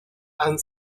han